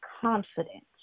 confidence